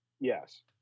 Yes